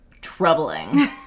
troubling